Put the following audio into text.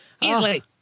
easily